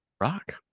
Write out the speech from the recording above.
Rock